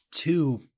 Two